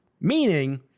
Meaning